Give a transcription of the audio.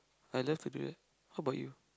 I love to do that how about you